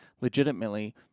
legitimately